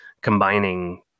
combining